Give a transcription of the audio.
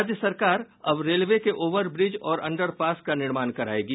राज्य सरकार अब रेलवे के ओवर ब्रिज और अंडरपास का निर्माण करायेगी